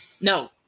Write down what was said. No